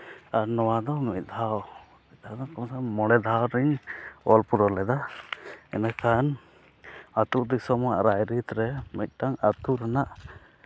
ᱟᱨ ᱱᱚᱣᱟ ᱫᱚ ᱢᱤᱫ ᱫᱷᱟᱣ ᱢᱚᱬᱮ ᱫᱷᱟᱣ ᱨᱤᱧ ᱚᱞ ᱯᱩᱨᱟᱹᱣ ᱞᱮᱫᱟ ᱤᱱᱟᱹᱠᱷᱟᱱ ᱟᱛᱳ ᱫᱤᱥᱚᱢ ᱟᱜ ᱨᱟᱭᱼᱨᱤᱛ ᱨᱮ ᱢᱤᱫᱴᱟᱝ ᱟᱛᱳ ᱨᱮᱱᱟᱜ